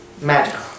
magical